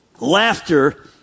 Laughter